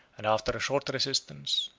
and after a short resistance,